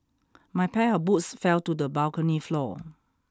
my pair of boots fell to the balcony floor